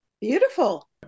Beautiful